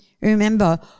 remember